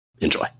Enjoy